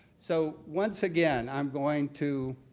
so once again, i'm going to